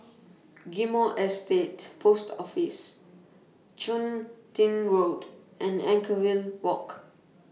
Ghim Moh Estate Post Office Chun Tin Road and Anchorvale Walk